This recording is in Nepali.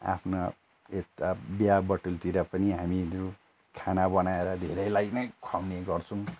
आफ्ना यता बिहा बटुलतिर पनि हामीहरू खाना बनाएर धेरैलाई नै खुवाउने गर्छौँ